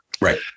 Right